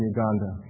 Uganda